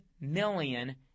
million